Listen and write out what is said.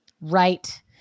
right